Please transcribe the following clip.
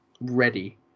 ready